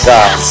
God